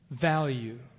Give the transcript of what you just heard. value